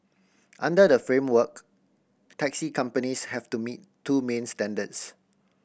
under the framework taxi companies have to meet two main standards